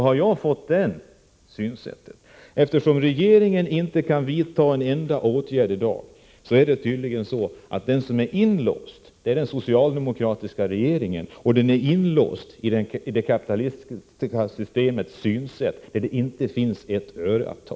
Jag har följande uppfattning: Eftersom regeringen i dag inte kan vidta en enda åtgärd är det tydligen den socialdemokratiska regeringen som är inlåst, i det kapitalistiska systemets synsätt, där det inte finns ett öre att ta.